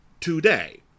today